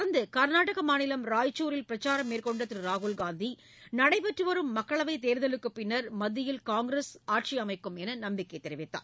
தொடர்ந்து கள்நாடக மாநிலம் ராய்ச்சூரில் பிரச்சாரம் மேற்கொண்ட திரு ராகுல் காந்தி நடைபெற்று வரும் மக்களவைத் தேர்தலுக்குப் பின்னர் மத்தியில் காங்கிரஸ் ஆட்சி அமைக்கும் என்று நம்பிக்கை தெரிவித்தார்